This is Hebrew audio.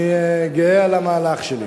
אני גאה על המהלך שלי.